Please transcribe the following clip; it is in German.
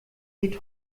geht